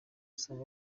kintu